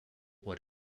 would